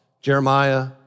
Jeremiah